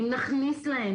אם נכניס להם